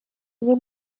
oli